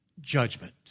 judgment